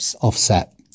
offset